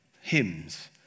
hymns